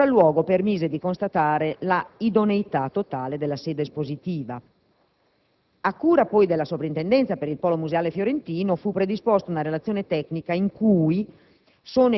Il sopralluogo permise di constatare la idoneità totale della sede espositiva. A cura della Soprintendenza per il polo museale fiorentino fu predisposta una relazione tecnica in cui